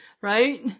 right